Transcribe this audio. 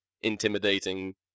intimidating